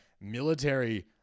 military